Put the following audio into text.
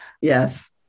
Yes